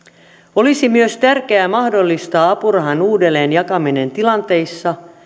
olisi myös tärkeää mahdollistaa apurahan uudelleenjakaminen tilanteissa